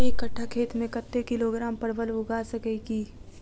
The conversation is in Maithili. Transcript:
एक कट्ठा खेत मे कत्ते किलोग्राम परवल उगा सकय की??